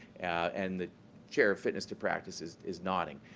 and the chair of fitness to practise is is nodding.